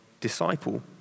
disciple